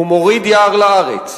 / הוא מוריד יער לארץ,